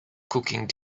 cooking